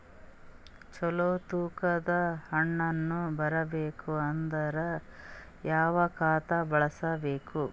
ಚಲೋ ತೂಕ ದ ಹಣ್ಣನ್ನು ಬರಬೇಕು ಅಂದರ ಯಾವ ಖಾತಾ ಬಳಸಬೇಕು?